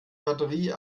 batterie